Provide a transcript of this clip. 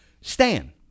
Stan